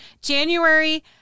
January